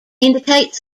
indicates